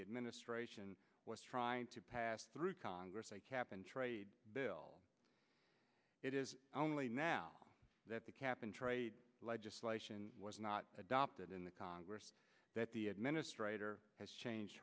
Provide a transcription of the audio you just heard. the administration was trying to pass through congress a cap and trade bill it is only now that the cap and trade legislation was not adopted in the congress that the administrator has changed